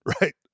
right